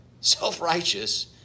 self-righteous